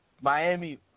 Miami